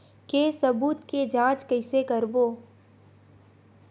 के सबूत के जांच कइसे करबो?